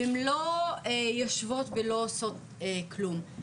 והן לא יושבות ולא עושות כלום,